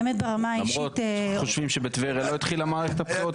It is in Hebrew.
למרות שחושבים שבטבריה חושבים שלא התחילה מערכת הבחירות,